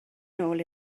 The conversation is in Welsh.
nôl